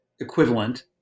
equivalent